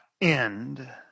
end